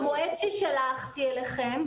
עד המועד ששלחתי אליכם,